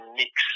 mix